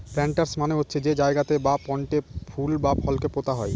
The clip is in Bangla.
প্লান্টার্স মানে হচ্ছে যে জায়গাতে বা পটে ফুল বা ফলকে পোতা হয়